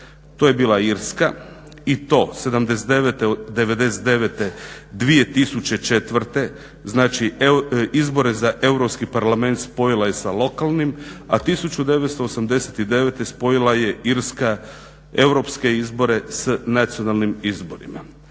To je bila Irska i to '79., '99., 2004. Znači izbore za Europski parlament spojila je sa lokalnim, a 1989. spojila je Irska europske izbore s nacionalnim izborima.